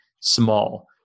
small